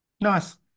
Nice